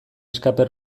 escape